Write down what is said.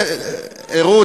רות,